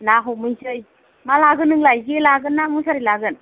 ना हमहैसै मा लागोन नोंलाय जे लागोन ना मुसारि लागोन